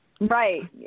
Right